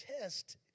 test